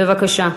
בבקשה.